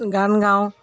গান গাওঁ